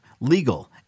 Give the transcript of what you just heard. legal